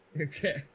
Okay